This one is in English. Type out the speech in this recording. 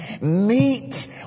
meet